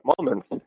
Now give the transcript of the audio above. moments